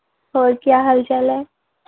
ਹੋਰ ਕਿਆ ਹਾਲ ਚਾਲ ਹੈ